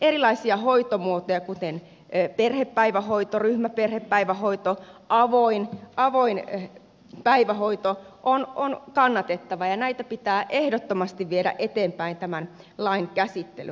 erilaisia hoitomuotoja kuten perhepäivähoito ryhmäperhepäivähoito avoin päivähoito on kannatettava ja näitä pitää ehdottomasti viedä eteenpäin tämän lain käsittelyn aikana